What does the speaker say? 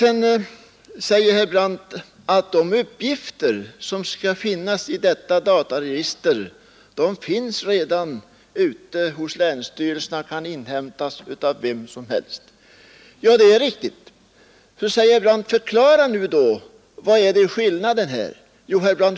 Sedan sade herr Brandt, och det är helt riktigt, att de uppgifter som skall finnas i detta dataregister redan finns hos länsstyrelserna, där vem som helst kan ta del av dem. Förklara då, sade herr Brandt, vad det är för skillnad.